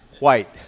White